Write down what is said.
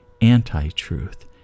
anti-truth